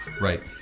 Right